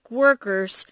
workers